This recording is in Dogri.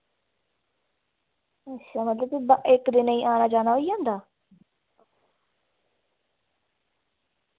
अच्छा मतलब कि इक दिनै च आना जाना होई जंदा